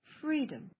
freedom